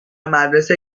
مدرسه